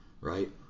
right